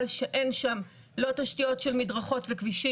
שאין שם לא תשתיות של מדרכות וכבישים,